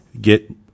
get